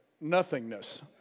nothingness